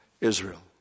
Israel